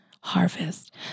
harvest